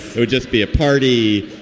it would just be a party.